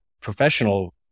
professional